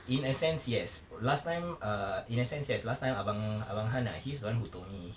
in a sense yes last time err in a sense yes last time abang abang han ah he's the one who told me